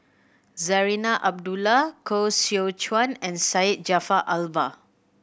Zarinah Abdullah Koh Seow Chuan and Syed Jaafar Albar